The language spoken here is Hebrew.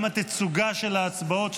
גם התצוגה של ההצבעות,